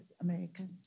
American